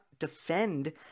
Defend